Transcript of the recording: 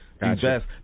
best